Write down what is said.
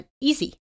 easy